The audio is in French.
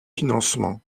financements